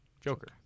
Joker